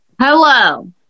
Hello